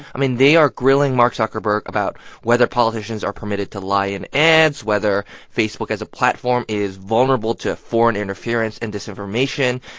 i mean, they are grilling mark zuckerberg about whether politicians are permitted to lie in ads, whether facebook as a platform is vulnerable to foreign interference and disinformation,